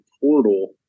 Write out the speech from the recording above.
portal